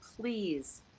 please